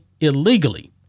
illegally